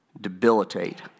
debilitate